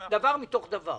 להבין דבר מתוך דבר